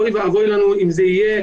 אוי ואבוי לנו אם זה יהיה.